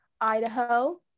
Idaho